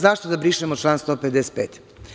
Zašto da brišemo član 155?